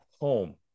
home